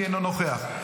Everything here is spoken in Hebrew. אינו נוכח,